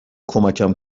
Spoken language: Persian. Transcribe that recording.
کمکم